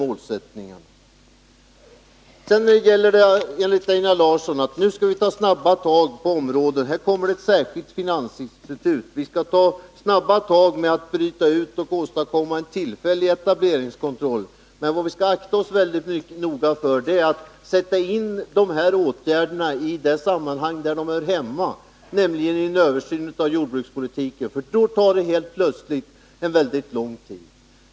Einar Larsson vill ha det så här: Vi skall ta snabba tag — här kommer ett särskilt finansinstitut. Vi skall ta snabba tag med att bryta ut och åstadkomma en tillfällig etableringskontroll. Men vad vi skall akta oss noga för är att sätta in de här åtgärderna i det sammanhang där de hör hemma, nämligen i en översyn av jordbrukspolitiken, för då tar det hela plötsligt väldigt lång tid.